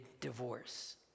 divorce